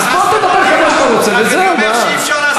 אז בוא תדבר כמה שאתה רוצה וזהו, מה.